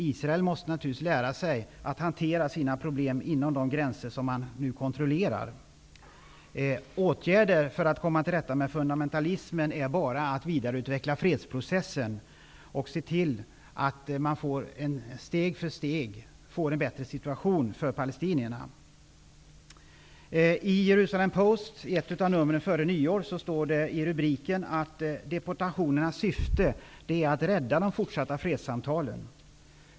Israel måste lära sig att hantera sina problem inom de gränser som man kontrollerar. Man kan bara komma till rätta med fundamentalismen genom att vidareutveckla fredsprocessen och genom att se till att situationen för palestinierna stegvis förbättras. Post står det i en rubrik att deprotationernas syfte är att rädda de fortsatta fredssamtalen.